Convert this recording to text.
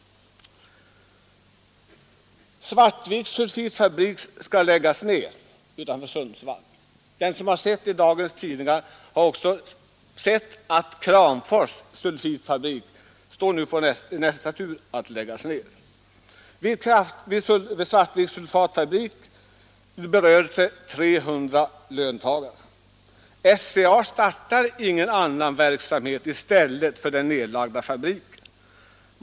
Svartviks sulfitfabrik utanför Sundsvall skall läggas ned. Den som har läst dagens tidningar har också sett att Kramfors sulfitfabrik står därnäst i tur att läggas ner. Vid Svartviks sulfitfabrik berörs 300 löntagare. SCA startar ingen annan verksamhet i stället för den nedlagda fabriken.